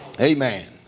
Amen